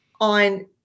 on